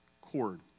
cord